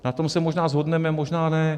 Na tom se možná shodneme, možná ne.